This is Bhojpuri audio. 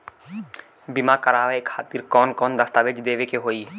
बीमा करवाए खातिर कौन कौन दस्तावेज़ देवे के होई?